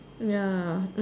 ya